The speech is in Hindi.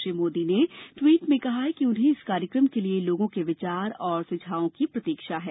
श्री मोदी ने ट्वीट में कहा है कि उन्हेंन इस कार्यक्रम के लिए लोगों के विचार और सुझाओं की प्रतीक्षा है